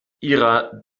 ihrer